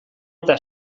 eta